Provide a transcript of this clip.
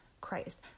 Christ